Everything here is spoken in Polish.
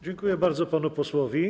Dziękuję bardzo panu posłowi.